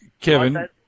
Kevin